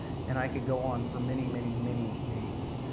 and i could go on for many, many, many names.